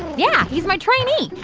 yeah, he's my trainee.